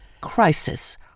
Crisis